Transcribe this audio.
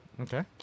Okay